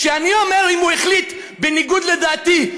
כשאני אומר, אם הוא החליט בניגוד לדעתי: